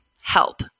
Help